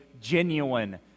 genuine